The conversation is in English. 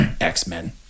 X-Men